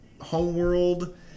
homeworld